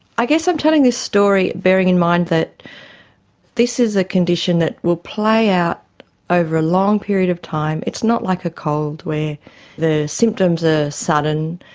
i guess i'm telling this story bearing in mind that this is a condition that will play out over a long period of time. it's not like a cold where the symptoms are sudden,